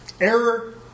error